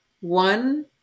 one